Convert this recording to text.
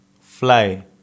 fly